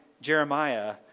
Jeremiah